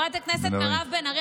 חברת הכנסת מירב בן ארי,